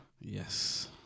Yes